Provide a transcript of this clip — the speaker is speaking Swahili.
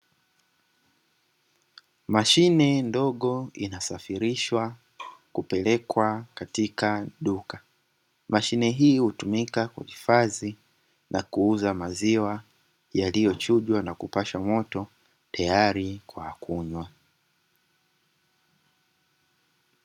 Mashine ndogo inasafirishwa kupelekwa katika duka, mashine hii hutumika kuhifadhi na kuuza maziwa yaliyochujwa na kupashwa moto tayari kwa kunywa.